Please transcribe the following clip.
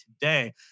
today